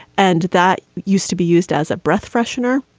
and that used to be used as a breath freshener.